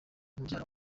mubyara